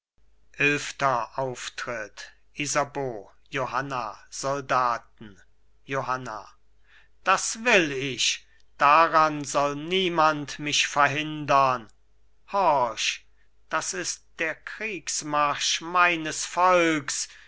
eilfter auftritt isabeau johanna soldaten johanna das will ich daran soll niemand mich verhindern horch das ist der kriegsmarsch meines volks